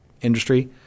industry